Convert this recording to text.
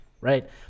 right